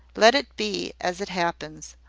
let it be as it happens,